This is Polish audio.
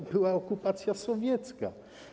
To była okupacja sowiecka.